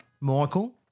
Michael